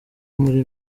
muri